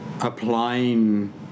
applying